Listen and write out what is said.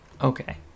Okay